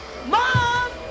Mom